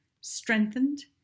strengthened